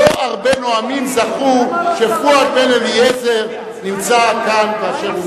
לא הרבה נואמים זכו שפואד בן-אליעזר נמצא כאן כאשר הם מדברים.